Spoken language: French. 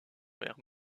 mère